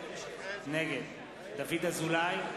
נגד דוד אזולאי,